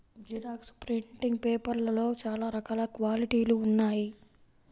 xerox printing పేపర్లలో చాలా రకాల క్వాలిటీలు ఉన్నాయి